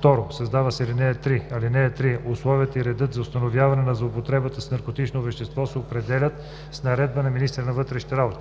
2. Създава се ал. 3: „(3) Условията и редът за установяване на злоупотребата с наркотични вещества се определят с наредба на министъра на вътрешните работи.“